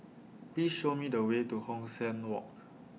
Please Show Me The Way to Hong San Walk